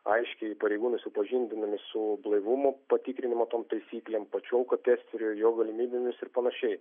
aiškiai pareigūnai supažindinami su blaivumo patikrinimo tom taisyklėm pačiu alkotesteriu jo galimybėmis ir panašiai